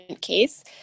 case